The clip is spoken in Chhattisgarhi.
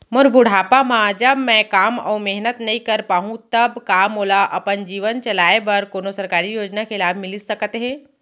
मोर बुढ़ापा मा जब मैं काम अऊ मेहनत नई कर पाहू तब का मोला अपन जीवन चलाए बर कोनो सरकारी योजना के लाभ मिलिस सकत हे?